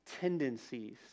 tendencies